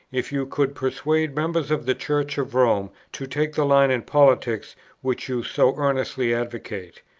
if you could persuade members of the church of rome to take the line in politics which you so earnestly advocate.